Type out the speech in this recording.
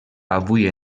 avui